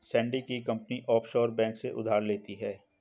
Sandy की company offshore bank से उधार लेती है